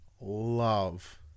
love